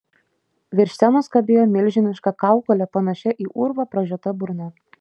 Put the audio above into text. virš scenos kabėjo milžiniška kaukolė panašia į urvą pražiota burna